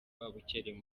babukereye